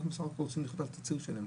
אנחנו צריכים את התצהיר שלהם.